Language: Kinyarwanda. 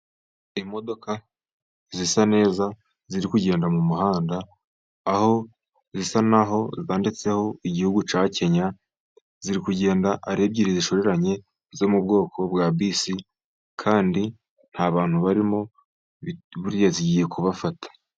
Imodoka zisa neza ziri kugenda mu muhanda, aho zisa naho zanditseho igihugu cya Kenya. Ziri kugenda ari ebyiri zishoranye zo mu bwoko bwa bisi, kandi nta bantu barimo buriya zigiye kubafata.